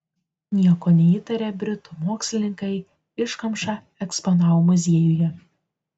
nieko neįtarę britų mokslininkai iškamšą eksponavo muziejuje